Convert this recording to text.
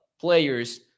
players